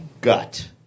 gut